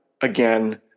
again